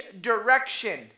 direction